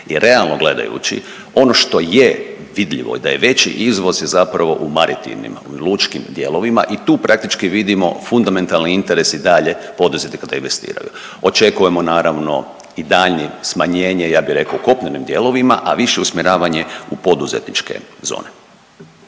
i realno gledajući ono što je vidljivo da je veći izvoz zapravo u maritivnim u lučkim dijelovima i tu praktički vidimo fundamentalni interes i dalje poduzetnika da investiraju. Očekujemo naravno i daljnje smanjenje ja bi rekao u kopnenim dijelovima, a više usmjeravanje u poduzetničke zone.